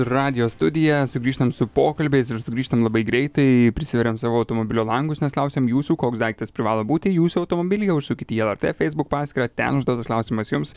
radijo studiją sugrįžtam su pokalbiais ir sugrįžtam labai greitai prisiveriam savo automobilio langus nes klausiam jūsų koks daiktas privalo būti jūsų automobilyje užsukit į lrt facebook paskyrą ten užduotas klausimas jums